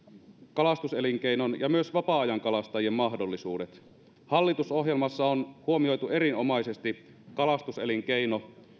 kalastuselinkeinon ja myös vapaa ajankalastajien mahdollisuudet hallitusohjelmassa on huomioitu erinomaisesti kalastuselinkeino